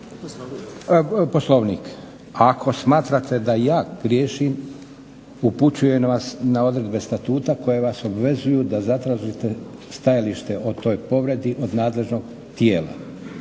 poslovnik. Ako smatrate da ja griješim, upućujem vas na odredbe statuta koje vas obvezuju stajalište o toj povredi od nadležnog tijela.